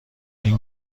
این